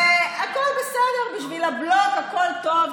והכול בסדר, בשביל הבלוק הכול טוב.